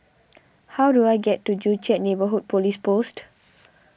how do I get to Joo Chiat Neighbourhood Police Post